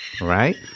Right